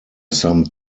some